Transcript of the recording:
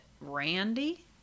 randy